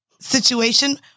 situation